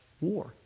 war